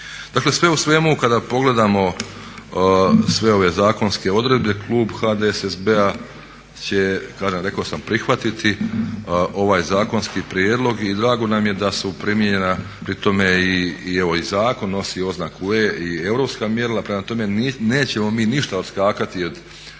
Dakle, sve u svemu kada pogledamo sve ove zakonske odredbe klub HDSSB-a će prihvatiti ovaj zakonski prijedlog i drago nam je da su primijenjena pri tome, i evo i zakon nosi oznaku E i europska mjerila, prema tome nećemo mi ništa odskakati od